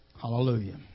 Hallelujah